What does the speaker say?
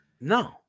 No